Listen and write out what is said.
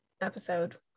episode